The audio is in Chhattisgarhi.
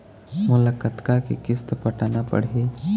मोला कतका के किस्त पटाना पड़ही?